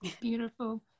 Beautiful